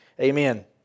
Amen